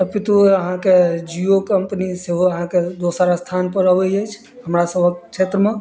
तऽ पितु अहाँके जियो कम्पनी सेहो अहाँके दोसर स्थान पर अबै अछि हमरा सभक क्षेत्रमे